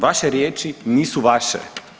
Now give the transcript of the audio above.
Vaše riječi nisu vaše.